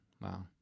wow